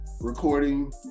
recording